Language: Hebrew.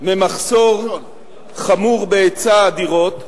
ממחסור חמור בהיצע הדירות,